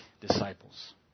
disciples